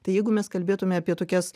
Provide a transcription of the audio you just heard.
tai jeigu mes kalbėtume apie tokias